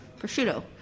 prosciutto